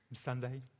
Sunday